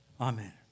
Amen